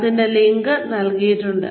അതിന്റെ ലിങ്ക് നൽകിയിട്ടുണ്ട്